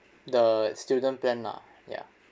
the student plan lah ya